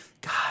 God